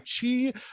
chi